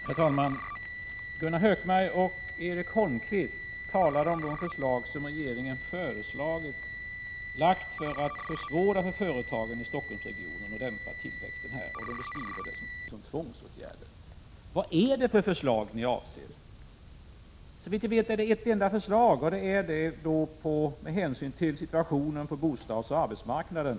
Herr talman! Gunnar Hökmark och Erik Holmkvist talade om de förslag som regeringen lagt fram för att försvåra för företagen i Stockholmsregionen och dämpa tillväxten. Förslagen kallades för tvångsåtgärder. Vilka förslag avser ni? Såvitt jag vet rör det sig om ett enda förslag, ett förslag som lagts fram med anledning av situationen på bostadsoch arbetsmarknaden.